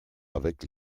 avec